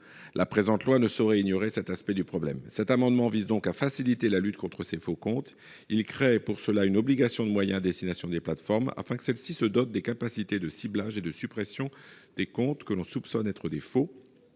Ce texte ne saurait ignorer cet aspect du problème. Cet amendement vise donc à faciliter la lutte contre ces faux comptes. Il crée, pour cela, une obligation de moyens à destination des plateformes, afin que celles-ci se dotent des capacités de ciblage et de suppression des comptes que l'on soupçonne être des faux,